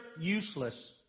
useless